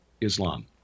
Islam